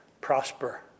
prosper